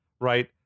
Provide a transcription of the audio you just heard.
right